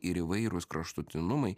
ir įvairūs kraštutinumai